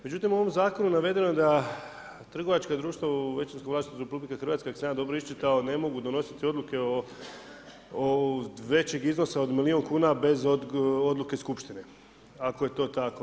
Međutim, ovim zakonom navedeno je da trgovačko društva u većinskom vlasništvu RH, ako sam ja dobro iščitao, ne mogu donositi odluke o većeg iznosa od milijun kuna bez odluke skupštine, ako je to tako.